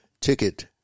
ticket